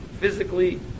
physically